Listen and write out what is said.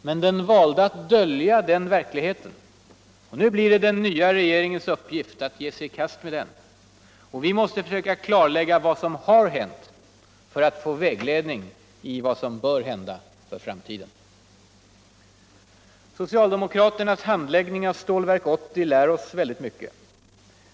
Men den valde att dölja den verkligheten. Nu blir det den nya regeringens uppgift att ge sig I kast med det här. Och vi måste söka klarlägga allt som Aar hänt för att få vägledning om vad som bör hända för framtiden. Socialdemokraternas handläggning av Stålverk 80 lär oss väldigt mycket.